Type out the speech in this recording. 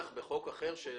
אין לך בחוק אחר?